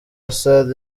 assad